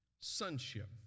sonship